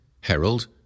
herald